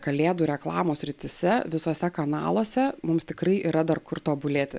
kalėdų reklamos srityse visuose kanaluose mums tikrai yra dar kur tobulėti